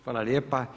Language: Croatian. Hvala lijepa.